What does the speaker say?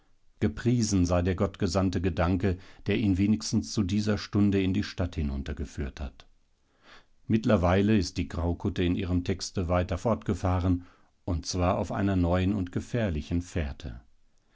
gepriesen sei der gottgesandte gedanke der ihn wenigstens zu dieser stunde in die stadt hinuntergeführt hat mittlerweile ist die graukutte in ihrem texte weiter fortgefahren und zwar auf einer neuen und gefährlichen fährte